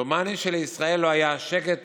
דומני שלישראל לא היה שקט